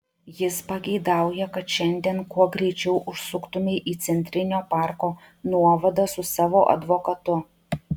jis pageidauja kad šiandien kuo greičiau užsuktumei į centrinio parko nuovadą su savo advokatu